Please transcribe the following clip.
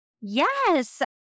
Yes